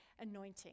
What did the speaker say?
anointing